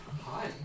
Hi